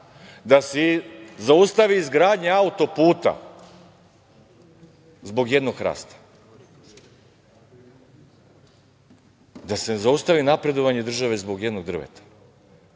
da se zaustavi izgradnja autoputa zbog jednog hrasta? Da se zaustavi napredovanje države zbog jednog drveta.